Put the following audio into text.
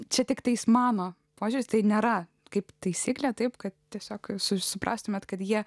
čia tik tais mano požiūris tai nėra kaip taisyklė taip kad tiesiog suprastumėte kad jie